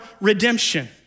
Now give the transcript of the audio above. redemption